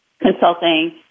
consulting